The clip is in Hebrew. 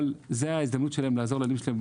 אבל זה ההזדמנות שלהם לעזור לילדים שלהם,